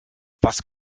was